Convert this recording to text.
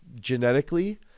genetically